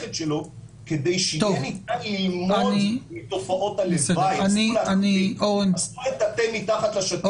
המערכת שלו כדי שהוא יוכל לראות את תופעות הלוואי ולא לטאטא מתחת לשטיח.